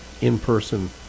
in-person